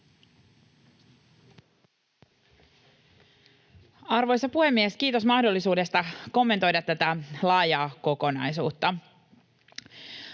Arvoisa puhemies! Kiitos mahdollisuudesta kommentoida tätä laajaa kokonaisuutta.